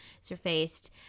surfaced